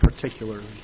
particularly